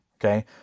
okay